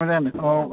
मोजाङानो अ